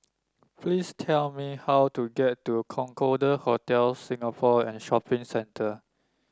please tell me how to get to Concorde Hotel Singapore and Shopping Centre